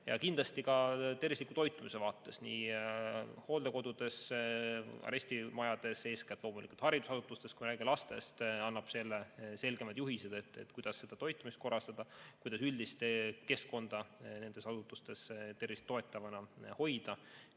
juhise ka tervisliku toitumise vaates hooldekodudes, arestimajades, eeskätt loomulikult haridusasutustes, kui me räägime lastest, annab selgemad juhised, kuidas toitumist korrastada, kuidas üldist keskkonda nendes asutustes tervist toetavana hoida.